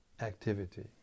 activity